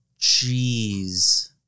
Jeez